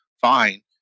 Fine